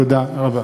תודה רבה.